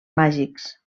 màgics